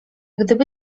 gdyby